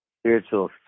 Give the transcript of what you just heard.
spiritual